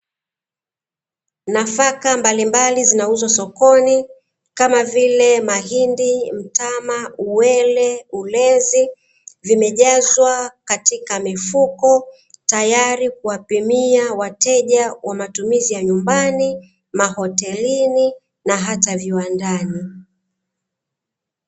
Nafaka mbalimbali zinauzwa sokoni kama vile:mahindi, mtama, uwele, ulezi vyote vimejazwa katika mifuko tayari kuwapimia wateja wa matumizi ya nyumbani, mahotelini na hata viwandani.